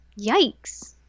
Yikes